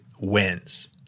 wins